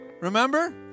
Remember